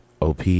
OP